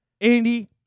Andy